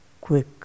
quick